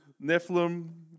Nephilim